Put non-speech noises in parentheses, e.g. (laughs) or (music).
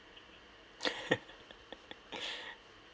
(laughs)